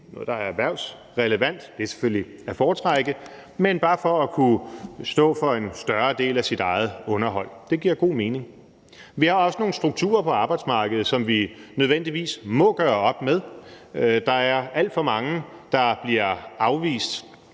noget erhvervsrelevant – det er selvfølgelig at foretrække – men også bare for at kunne stå for en større del af deres eget underhold. Det giver god mening. Vi har også nogle strukturer på arbejdsmarkedet, som vi nødvendigvis må gøre op med. Der er alt for mange, der bliver afvist